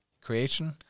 creation